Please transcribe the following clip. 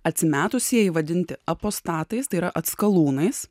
atsimetusieji vadinti apostatais tai yra atskalūnais